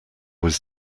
was